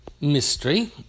mystery